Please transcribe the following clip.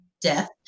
death